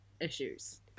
issues